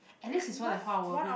at least is one and a half hour we